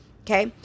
okay